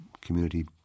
community